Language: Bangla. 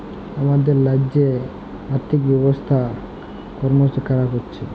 আমাদের রাজ্যেল্লে আথ্থিক ব্যবস্থা করমশ খারাপ হছে